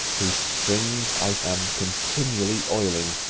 whose springs i am continually oiling,